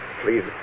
please